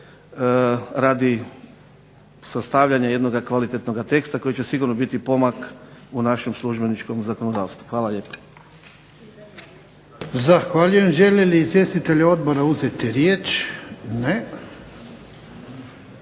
radi sastavljanja jednoga kvalitetnoga teksta koji će sigurno biti pomak u našem službeničkom zakonodavstvu. Hvala lijepa.